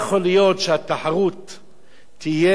תהיה בצורה כל כך בוטה,